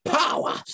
power